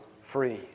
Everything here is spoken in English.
Free